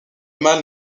mâle